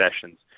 sessions